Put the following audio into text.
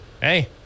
hey